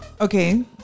Okay